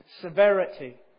severity